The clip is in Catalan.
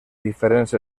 diferents